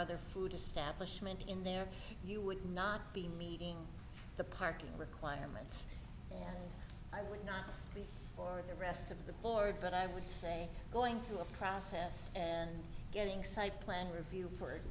other food establishment in there you would not be meeting the parking requirements i would not be for the rest of the board but i would say going through a process and getting site plan review for